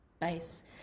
base